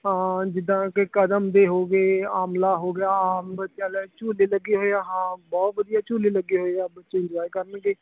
ਹਾਂ ਜਿੱਦਾਂ ਕਿ ਕਦਮ ਦੇ ਹੋ ਗਏ ਆਮਲਾ ਹੋ ਗਿਆ ਆਮ ਬੱਚਿਆਂ ਲਈ ਝੂਲੇ ਲੱਗੇ ਹੋਏ ਆ ਹਾਂ ਬਹੁਤ ਵਧੀਆ ਝੂਲੇ ਲੱਗੇ ਹੋਏ ਆ ਬੱਚੇ ਇੰਜੋਏ ਕਰਨਗੇ